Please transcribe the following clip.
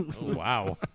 Wow